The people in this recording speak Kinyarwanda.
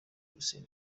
hussein